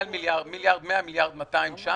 --- מעל מיליארד, 1.2-1.1 מיליארד שקלים.